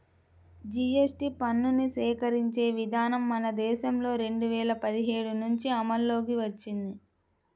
GST పన్నుని సేకరించే విధానం మన దేశంలో రెండు వేల పదిహేడు నుంచి అమల్లోకి వచ్చింది